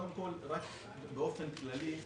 קודם כל, רק באופן כללי,